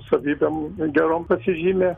savybėm gerom pasižymi